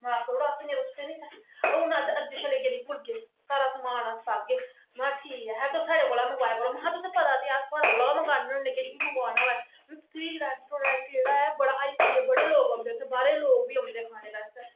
माफ करी ओड़ो आसें नेईं ते अस अज्जे कशा लेइये नेई भुलगे सारे समान अस पागे में आक्खया ठीक ऐ है तुस साढ़े कोला मंगबाया करो में आक्खया तुसेंगी पता ते ऐ अस थुआडे कोला गै मंगबाने होने किश बी मंगवाना होऐ एह् रस्ट्रोरेंट जेहड़ा़ ऐ बडे लोग ओंदे बाहरे दे लोग बी ओंदे खाने आस्तै